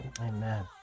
Amen